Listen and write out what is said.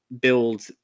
build